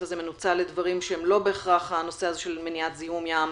הזה מנוצל לדברים שהם לא בהכרח הנושא הזה של מניעת זיהום ים.